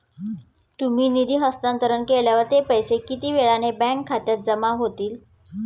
तुम्ही निधी हस्तांतरण केल्यावर ते पैसे किती वेळाने बँक खात्यात जमा होतील?